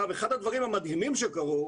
אחד הדברים המדהימים שקרו,